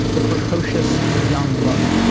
the precocious young love